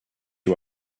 you